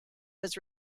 was